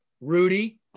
Rudy